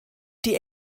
die